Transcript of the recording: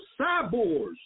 cyborgs